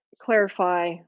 clarify